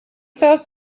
thought